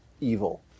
evil